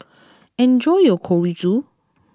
enjoy your Chorizo